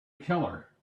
keller